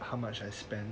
how much I spend